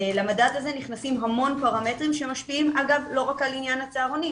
למדד הזה נכנסים המון פרמטרים שמשפיעים לא רק על עניין הצהרונים,